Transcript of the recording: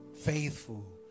faithful